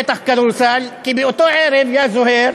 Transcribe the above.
ובטח כדורסל, כי באותו ערב, יא זוהיר,